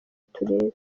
turebe